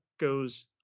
goes